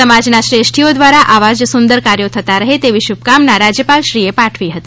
સમાજના શ્રેષ્ઠીઓ દ્વારા આવા જ સુંદર કાર્યો થતા રહે તેવી શ઼ૂભકામના રાજ્યપાલશ્રીએ પાઠવી હતી